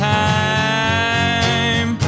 time